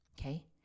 Okay